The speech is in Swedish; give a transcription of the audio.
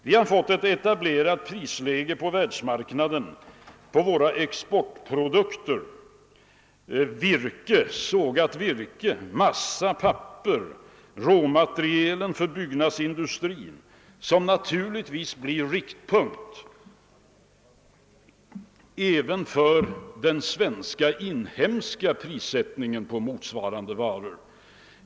Vi har fått ett etablerat prisläge på världsmarknaden för våra exportprodukter: sågat virke, massa, papper, råmaterial för byggnadsindustrin o.s.v. Naturligtvis blir den internationella prissättningen riktpunkten även för den inhemska svenska prissättningen på dessa varor.